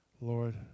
Lord